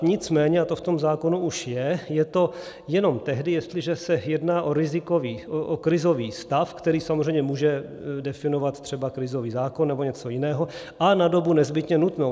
Nicméně, a to v tom zákonu už je, je to jenom tehdy, jestliže se jedná o krizový stav, který samozřejmě může definovat třeba krizový zákon nebo něco jiného, a na dobu nezbytně nutnou.